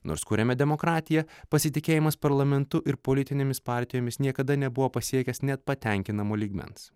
nors kuriame demokratiją pasitikėjimas parlamentu ir politinėmis partijomis niekada nebuvo pasiekęs net patenkinamo lygmens